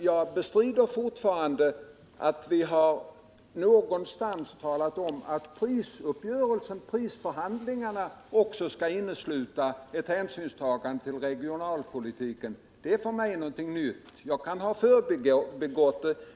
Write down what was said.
Jag bestrider dock att vi någonstans har talat om att prisförhandlingarna också skall innesluta ett hänsynstagande till regionalpolitiken. Det är för mig någonting nytt. Jag kan ha förbigått det.